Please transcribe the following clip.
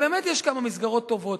באמת יש כמה מסגרות טובות.